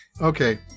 Okay